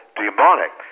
demonic